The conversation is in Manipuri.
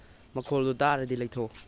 ꯃꯈꯣꯜꯗꯨ ꯇꯥꯔꯗꯤ ꯂꯩꯊꯧ